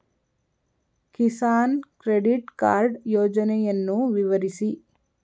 Kisan credit card ಯೋಜನೆಯನ್ನು ವಿವರಿಸಿ?